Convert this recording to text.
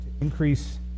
increase